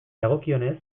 dagokionez